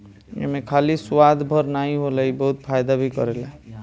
एमे खाली स्वाद भर नाइ होला इ बहुते फायदा भी करेला